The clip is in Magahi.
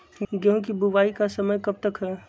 गेंहू की बुवाई का समय कब तक है?